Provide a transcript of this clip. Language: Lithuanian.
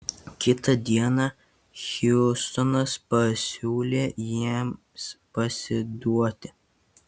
kitą dieną hiustonas pasiūlė jiems pasiduoti